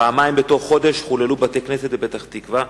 בנושא: פעמיים בתוך חודש חוללו בתי-כנסת בפתח-תקווה.